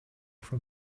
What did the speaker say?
from